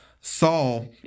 Saul